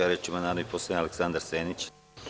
Reč ima narodni poslanik Aleksandar Senić.